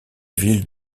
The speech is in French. ville